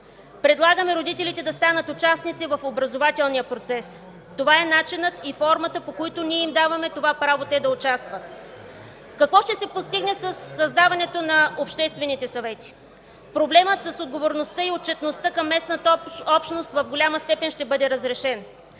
предлагаме родителите да станат участници в образователния процес. Това е начинът и формата, по които ние им даваме това право да участват. Какво ще се постигне със създаването на обществените съвети? Проблемът с отговорността и отчетността към местната общност в голяма степен ще бъде разрешен.